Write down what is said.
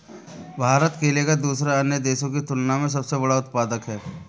भारत केले का दूसरे अन्य देशों की तुलना में सबसे बड़ा उत्पादक है